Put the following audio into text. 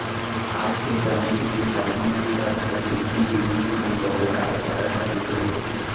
आज के समे के किसानी म सब मसीनी जिनिस मन बउराय ल धर लिये हें